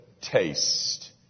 taste